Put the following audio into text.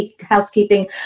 Housekeeping